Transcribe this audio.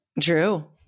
True